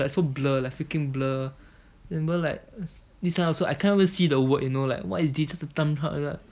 like so blur like freaking blur remember like this line also I can't even see the word you know like what is this just a thumbs up